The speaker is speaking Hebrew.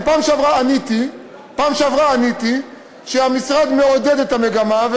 בפעם שעברה עניתי שהמשרד מעודד את המגמה,